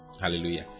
Hallelujah